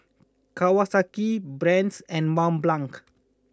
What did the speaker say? Kawasaki Brand's and Mont Blanc